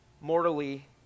mortally